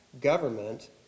government